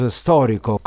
storico